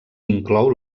inclou